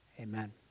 Amen